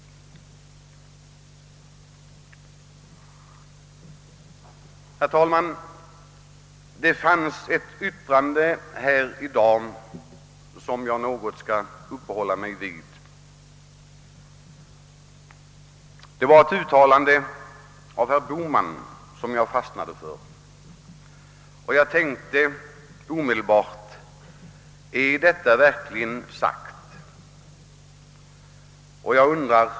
Herr talman! Det har fällts ett yttrande här i dag som jag något skall uppehålla mig vid; det är ett uttalande av herr Bohman som jag har fastnat för. Jag tänkte omedelbart: Är detta verkligen sagt?